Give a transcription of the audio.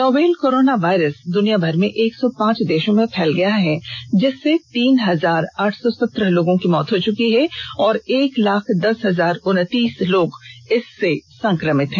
novel corona virus दुनिया भर में एक सौ पांच देशों में फैल गया जिससे तीन हजार आठ सौ सत्रह लोगों की मौत हो चुकी है और एक लाख दस हजार उन्तीस लोग संक्रमित हैं